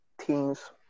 teens